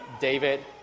David